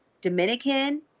Dominican